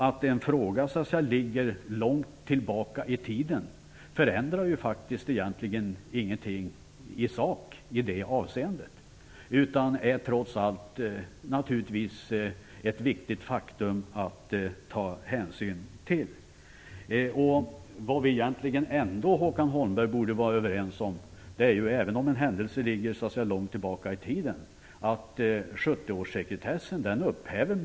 Att en händelse ligger långt tillbaka i tiden förändrar egentligen ingenting i sak i det avseendet. Sekretessen är naturligtvis ändå ett viktigt faktum att ta hänsyn till. Även om en händelse ligger långt tillbaka i tiden upphäver man inte 70-årssekretessen hur som helst.